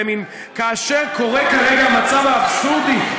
כאשר קורה כרגע המצב האבסורדי,